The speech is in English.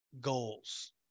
goals